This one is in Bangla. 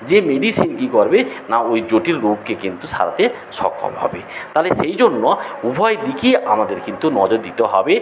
যে মেডিসিন কী করবে না ওই জটিল রোগকে কিন্তু সারাতে সক্ষম হবে তাহলে সেই জন্য উভয় দিকে আমাদের কিন্তু নজর দিতে হবে